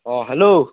অঁ হেল্ল'